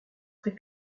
très